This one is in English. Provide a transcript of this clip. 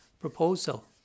proposal